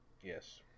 Yes